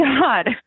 God